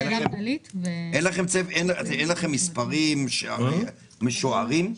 אין לכם מספרים משוערים?